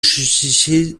justicier